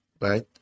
right